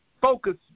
focus